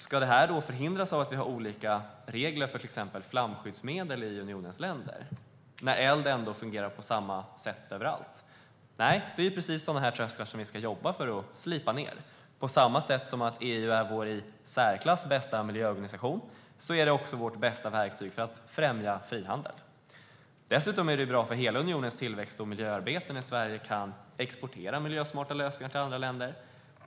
Ska detta förhindras av att vi har olika regler för till exempel flamskyddsmedel i unionens länder när eld fungerar på samma sätt överallt? Nej, det är precis sådana här trösklar vi ska jobba för att slipa ned. På samma sätt som att EU är vår i särklass bästa miljöorganisation är det också vårt bästa verktyg för att främja frihandel. Dessutom är det bra för hela unionens tillväxt och miljöarbete när Sverige kan exportera miljösmarta lösningar till andra länder.